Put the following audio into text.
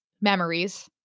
memories